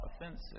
offensive